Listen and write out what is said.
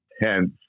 hence